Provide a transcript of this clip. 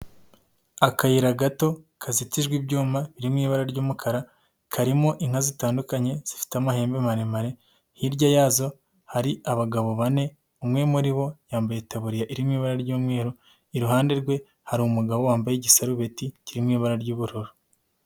Akayira gato kaseti ijwe ibyuma biri mu ibara ry'umukara, karimo inka zitandukanye zifite amahembe maremare, hirya yazo hari abagabo bane, umwe muri bo yambaye itaburiya irimo ibara ry'umweru, iruhande rwe hari umugabo wambaye igisarubeti kirimo ibara ry'ubururu.